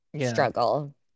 struggle